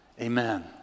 Amen